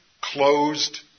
closed